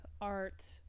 art